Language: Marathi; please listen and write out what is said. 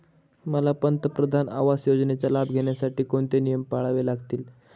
मला पंतप्रधान आवास योजनेचा लाभ घेण्यासाठी कोणते नियम पाळावे लागतील?